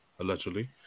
allegedly